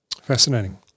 Fascinating